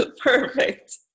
perfect